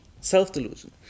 self-delusion